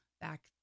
back